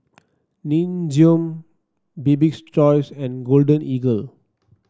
Nin Jiom Bibik's Choice and Golden Eagle